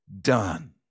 done